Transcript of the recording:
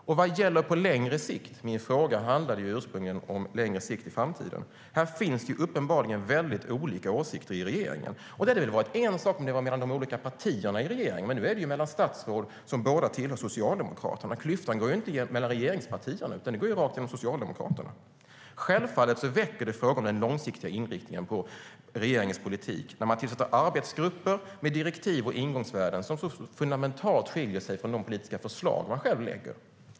Min fråga handlade ursprungligen om vad som ska hända på längre sikt - i framtiden. Här finns det uppenbarligen väldigt olika åsikter i regeringen. Det hade väl varit en sak om det var olika mellan de olika partierna i regeringen, men nu är det ju mellan statsråd som båda tillhör Socialdemokraterna. Klyftan går inte mellan regeringspartierna, utan den går rakt igenom Socialdemokraterna. Självfallet väcker det frågor om den långsiktiga inriktningen på regeringens politik när man tillsätter arbetsgrupper med direktiv och ingångsvärden som så fundamentalt skiljer sig från de politiska förslag man själv lägger fram.